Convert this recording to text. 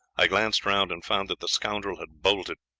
i glanced round and found that the scoundrel had bolted.